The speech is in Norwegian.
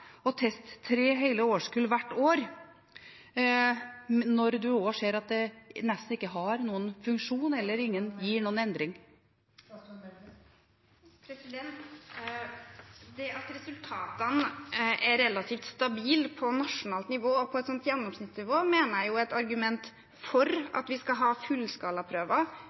tre hele årskull hvert år når vi ser at det nesten ikke har noen funksjon og heller ikke fører til noen endring? Det at resultatene er relativt stabile på nasjonalt nivå og på et gjennomsnittsnivå, mener jeg er et argument for at vi skal ha fullskalaprøver,